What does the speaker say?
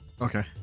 Okay